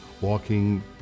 walking